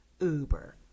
Uber